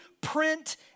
print